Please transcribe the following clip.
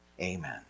Amen